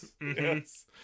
Yes